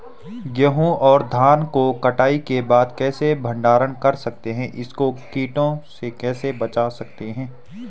गेहूँ और धान को कटाई के बाद कैसे भंडारण कर सकते हैं इसको कीटों से कैसे बचा सकते हैं?